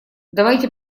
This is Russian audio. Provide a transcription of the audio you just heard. давайте